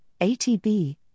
ATB